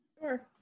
Sure